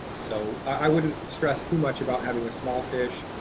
so i wouldn't stress too much about having a small fish,